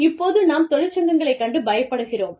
இப்போது நாம் தொழிற்சங்கங்களை கண்டு பயப்படுகிறோம்